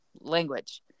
language